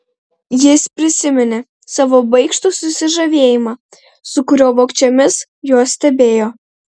jis prisiminė savo baikštų susižavėjimą su kuriuo vogčiomis juos stebėjo